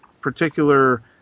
particular